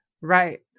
Right